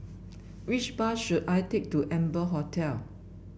which bus should I take to Amber Hotel